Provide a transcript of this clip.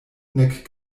nek